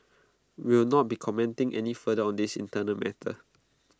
we will not be commenting any further on this internal matter